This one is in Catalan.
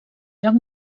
lloc